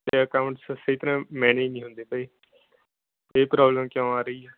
ਅਤੇ ਅਕਾਊਂਟਸ ਸਹੀ ਤਰ੍ਹਾਂ ਮੈਨੇਜ ਨਹੀਂ ਹੁੰਦੇ ਪਏ ਜੀ ਇਹ ਪ੍ਰੋਬਲਮ ਕਿਉਂ ਆ ਰਹੀ ਆ